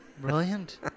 Brilliant